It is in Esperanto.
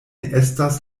estas